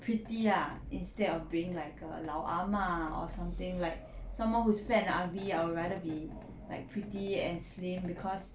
pretty ah instead of being like a 老阿嬷 or something like someone who is fat and ugly I would rather be like pretty and slim cause